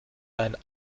ein